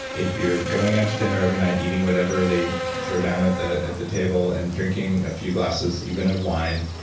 if you're going out to dinner every night eating whatever they throw down at the at the table and drinking a few glasses, even of wine,